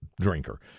drinker